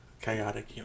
Chaotic